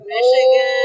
Michigan